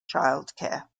childcare